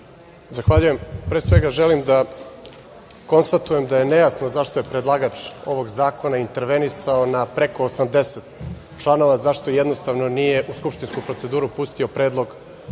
Zahvaljujem. Pre svega, želim da konstatujem da je nejasno zašto je predlagač ovog zakona intervenisao na preko 80 članova. Zašto, jednostavno, nije u skupštinsku proceduru pustio predlog